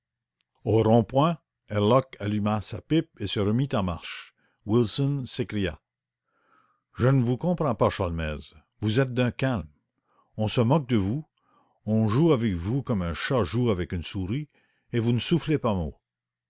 au rond-point herlock alluma sa pipe je ne vous comprends pas sholmès s'écria wilson vous êtes d'un calme on se moque de vous on joue avec vous comme un chat joue avec une souris et vous ne soufflez pas mot